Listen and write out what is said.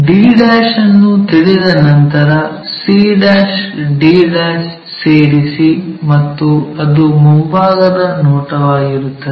d ಅನ್ನು ತಿಳಿದ ನಂತರ c d ಸೇರಿಸಿ ಮತ್ತು ಅದು ಮುಂಭಾಗದ ನೋಟವಾಗಿರುತ್ತದೆ